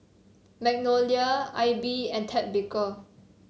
Magnolia AIBI and Ted Baker